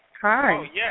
Hi